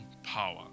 power